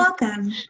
Welcome